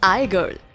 iGirl